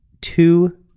two